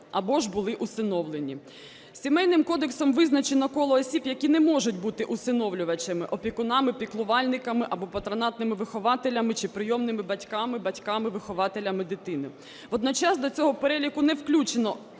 або ж були усиновлені. Сімейним кодексом визначено коло осіб, які не можуть бути усиновлювачами, опікунами, піклувальниками або патронатними вихователями чи прийомними батьками, батьками вихователями дитини. Водночас до цього переліку не включено